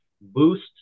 boost